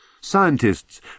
Scientists